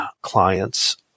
clients